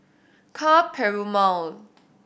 Ka Perumal